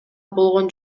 болгон